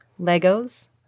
Legos